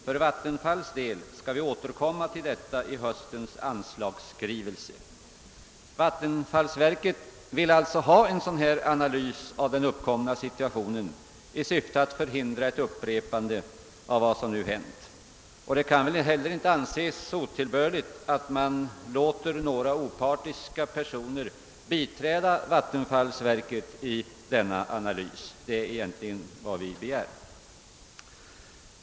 För Vattenfalls del skall vi återkomma till detta i höstens anslagsskrivelse.» Vattenfallsverket vill alltså ha en sådan här analys av den uppkomna situationen i syfte att hindra ett upprepande av vad som nu hänt. Det kan väl inte anses otillbörligt att man låter några opartiska personer biträda vattenfallsverket i denna analys. Det är egentligen vad vi begär.